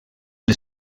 les